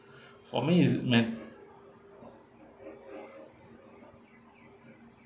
for me is